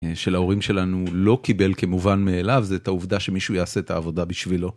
של ההורים שלנו לא קיבל כמובן מאליו, זה את העובדה שמישהו יעשה את העבודה בשבילו.